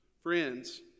Friends